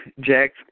Jack